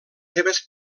seves